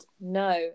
No